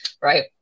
Right